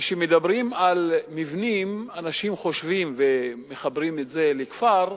כשמדברים על מבנים ומחברים את זה לכפר,